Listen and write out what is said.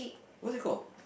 what's it called